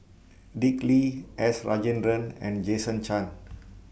Dick Lee S Rajendran and Jason Chan